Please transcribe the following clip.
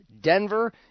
Denver